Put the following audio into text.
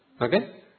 okay